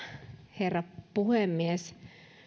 herra puhemies